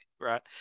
right